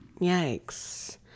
Yikes